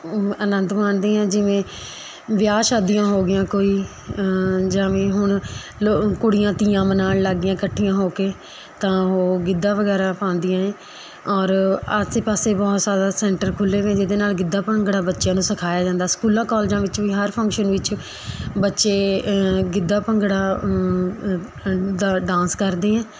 ਅਨੰਦ ਮਾਣਦੇ ਹੈ ਜਿਵੇਂ ਵਿਆਹ ਸ਼ਾਦੀਆਂ ਹੋ ਗਈਆਂ ਕੋਈ ਜਿਵੇਂ ਹੁਣ ਲੋ ਕੁੜੀਆਂ ਤੀਆਂ ਮਨਾਉਣ ਲੱਗ ਗਈਆਂ ਇਕੱਠੀਆਂ ਹੋ ਕੇ ਤਾਂ ਉਹ ਗਿੱਧਾ ਵਗੈਰਾ ਪਾਉਂਦੀਆਂ ਹੈ ਔਰ ਆਸੇ ਪਾਸੇ ਬਹੁਤ ਜ਼ਿਆਦਾ ਸੈਂਟਰ ਖੁੱਲ੍ਹੇ ਵੇ ਜਿਹਦੇ ਨਾਲ਼ ਗਿੱਧਾ ਭੰਗੜਾ ਬੱਚਿਆਂ ਨੂੰ ਸਿਖਾਇਆ ਜਾਂਦਾ ਸਕੂਲਾਂ ਕੋਲਜਾਂ ਵਿੱਚ ਵੀ ਹਰ ਫੰਕਸ਼ਨ ਵਿੱਚ ਬੱਚੇ ਗਿੱਧਾ ਭੰਗੜਾ ਦਾ ਡਾਂਸ ਕਰਦੇ ਹੈ